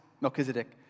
Melchizedek